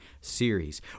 series